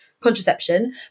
contraception